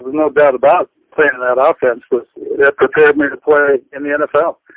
no doubt about planning. that um offense was that prepared me to play in the nfl.